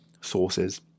sources